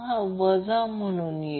तर मला ते साफ करू द्या